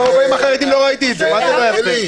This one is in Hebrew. באזורים של חרדים לא ראיתי את זה, מה זה לא יפה?